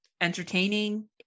entertaining